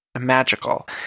magical